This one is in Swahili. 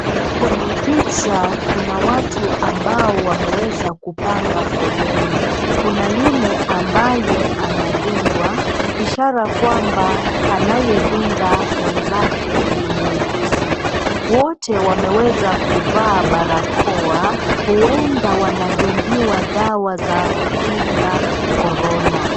Kwenye picha kuna watu ambao wameweza kupanga foleni. Kuna yule ambaye anadungwa ishara kwamba anayedunga mwenzake ni muuguzi, wote wameweza kuvaa barakoa ueda wanadungiwa dawa za kukinga corona.